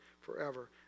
forever